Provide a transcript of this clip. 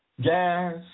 gas